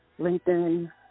LinkedIn